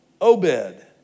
Obed